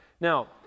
Now